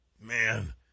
Man